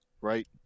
right